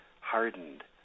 hardened